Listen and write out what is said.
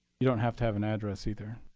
you don't have to have an address either.